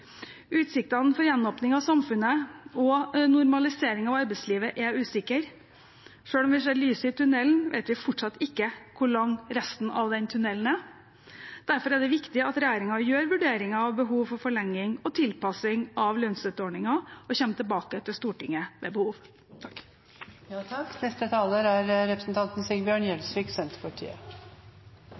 Utsiktene for gjenåpning av samfunnet og normalisering av arbeidslivet er usikre. Selv om vi ser lys i tunnelen, vet vi fortsatt ikke hvor lang resten av den tunnelen er. Derfor er det viktig at regjeringen gjør vurderinger av behov for forlenging og tilpassing av lønnsstøtteordningen og kommer tilbake til Stortinget ved behov. Jeg vil si det er